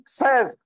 says